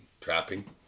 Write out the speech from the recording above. trapping